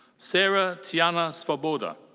sara tianna svoboda.